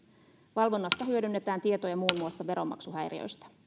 valvonnassa hyödynnetään tietoja muun muassa veronmaksuhäiriöistä